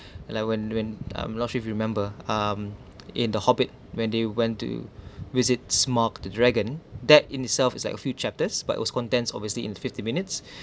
like when when I'm not sure if you remember um in the hobbit when they went to visit smock the dragon that in itself is like a few chapters but was contents obviously in fifty minutes